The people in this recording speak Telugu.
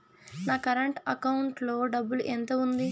నా కరెంట్ అకౌంటు లో డబ్బులు ఎంత ఉంది?